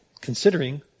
considering